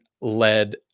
led